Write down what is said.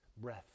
breath